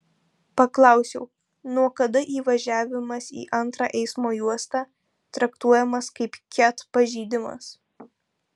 paklausiau nuo kada įvažiavimas į antrą eismo juostą traktuojamas kaip ket pažeidimas